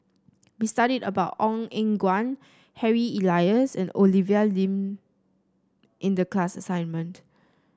we studied about Ong Eng Guan Harry Elias and Olivia Lum in the class assignment